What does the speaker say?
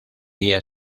día